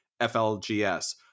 FLGS